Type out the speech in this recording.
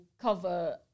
cover